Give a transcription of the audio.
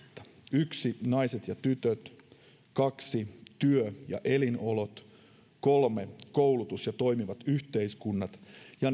yksi naiset ja tytöt kaksi työ ja elinolot kolme koulutus ja toimivat yhteiskunnat ja